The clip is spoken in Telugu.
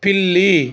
పిల్లి